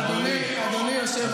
אדוני לא פינה את ח'אן